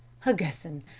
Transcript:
hugesson!